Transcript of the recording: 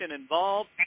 involved